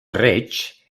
reig